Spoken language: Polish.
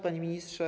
Panie Ministrze!